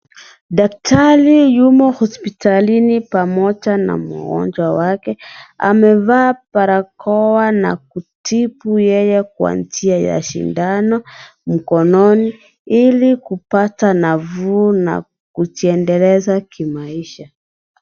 Daktari yumo hospitalini pamoja na mgonjwa wake. Amevaa barakoa na kutibu yeye kwa njia ya sindano mkononi ili kupata nafuu na kujiendeleza kimaisha.